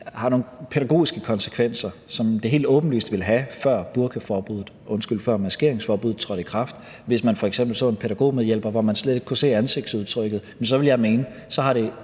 har nogle pædagogiske konsekvenser, som det helt åbenlyst ville have, før maskeringsforbuddet trådte i kraft, hvis man f.eks. så en pædagogmedhjælper, hvor man slet ikke kunne se ansigtsudtrykket. Jeg vil mene, at det